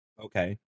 Okay